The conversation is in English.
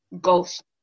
ghost